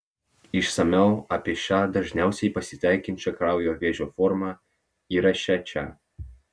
išsamiau apie šią dažniausiai pasitaikančią kraujo vėžio formą įraše čia